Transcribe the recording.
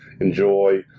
enjoy